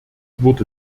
wurde